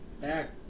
back